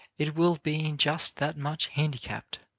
it will be in just that much handicapped.